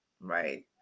Right